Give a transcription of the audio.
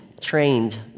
trained